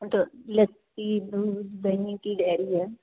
ਲੱਸੀ ਦੁੱਧ ਦਹੀਂ ਕੀ ਡੇਅਰੀ ਐ